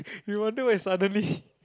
you wonder why suddenly